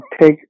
take